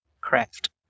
craft